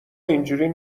اینجوری